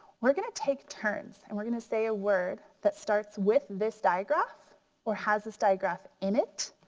we're gonna take turns and we're gonna say a word that starts with this diagraph or has this diagraph in it.